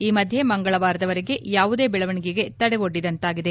ಈ ಮಧ್ದೆ ಮಂಗಳವಾರದವರೆಗೆ ಯಾವುದೇ ಬೆಳವಣಿಗೆಗೆ ತಡೆ ಒಡ್ಡಿದಂತಾಗಿದೆ